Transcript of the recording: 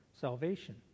salvation